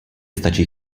stačí